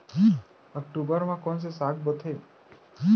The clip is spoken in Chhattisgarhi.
अक्टूबर मा कोन से साग बोथे?